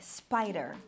spider